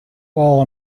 while